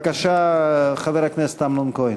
בבקשה, חבר הכנסת אמנון כהן.